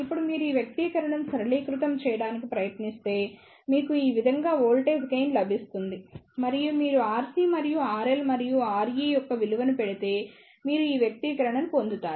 ఇప్పుడు మీరు ఈ వ్యక్తీకరణను సరళీకృతం చేయడానికి ప్రయత్నిస్తే మీకు ఈ విధంగా వోల్టేజ్ గెయిన్ లభిస్తుంది మరియు మీరు RC మరియు RL మరియు re యొక్క విలువను పెడితే మీరు ఈ వ్యక్తీకరణను పొందుతారు